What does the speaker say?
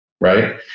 right